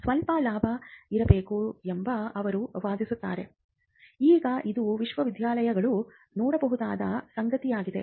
ಸ್ವಲ್ಪ ಲಾಭ ಇರಬೇಕು ಎಂದು ಅವಳು ವಾದಿಸುತ್ತಾಳೆ ಈಗ ಇದು ವಿಶ್ವವಿದ್ಯಾಲಯಗಳು ನೋಡಬಹುದಾದ ಸಂಗತಿಯಾಗಿದೆ